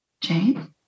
Jane